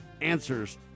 answers